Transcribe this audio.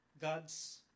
God's